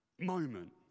moment